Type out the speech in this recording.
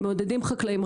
מעודדים חקלאים,